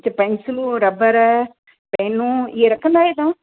पेंसिलूं रबर पेनूं इहे रखंदा आहियो तव्हां